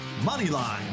Moneyline